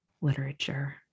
literature